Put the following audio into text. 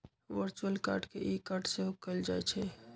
virtual card के e card सेहो कहल जाइ छइ